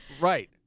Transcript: Right